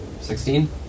sixteen